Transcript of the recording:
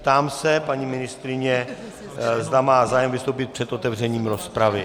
Ptám se paní ministryně, zda má zájem vystoupit před otevřením rozpravy.